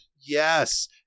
Yes